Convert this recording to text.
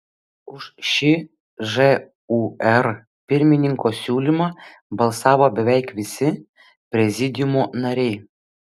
už šį žūr pirmininko siūlymą balsavo beveik visi prezidiumo nariai